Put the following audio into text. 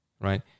right